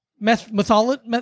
methodology